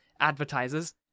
advertisers